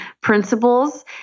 principles